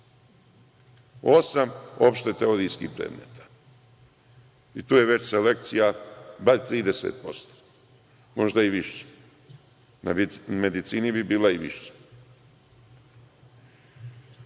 Osam opšte-teorijskih predmeta, i tu je već selekcija bar 30%, a možda i više. Na medicini bi bila i više. Mi